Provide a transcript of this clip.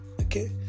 Okay